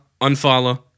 unfollow